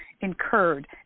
incurred